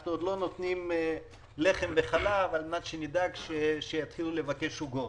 אנחנו עוד לא נותנים לחם וחלק על-מנת שנפחד שיתחילו לבקש עוגות.